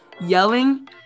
yelling